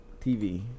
TV